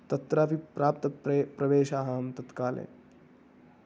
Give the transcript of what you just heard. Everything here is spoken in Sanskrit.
तत्रापि प्राप्त प्रे प्रवेशः अहं तत्काले